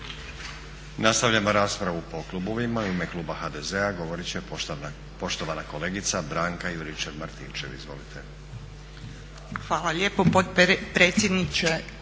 Nastavljamo raspravu po klubovima. U ime kluba HDZ-a govorit će poštovana kolegica Branka Juričev-Martinčev. Izvolite. **Juričev-Martinčev,